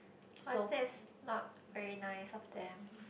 !wah! that's not very nice of them